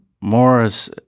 Morris